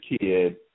kid